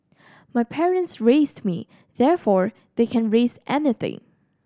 my parents raised me therefore they can raise anything